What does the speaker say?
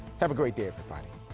have a great day, everybody.